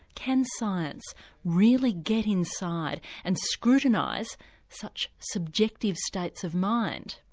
can science really get inside and scrutinise such subjective states of mind?